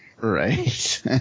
Right